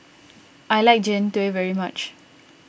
I like Jian Dui very much